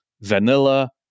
vanilla